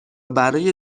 برای